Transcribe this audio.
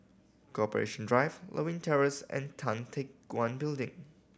Corporation Drive Lewin Terrace and Tan Teck Guan Building